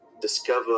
discover